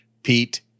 Pete